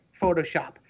Photoshop